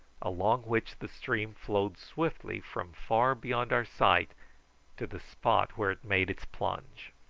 along which the stream flowed swiftly from far beyond our sight to the spot where it made its plunge.